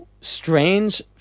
strange